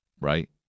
right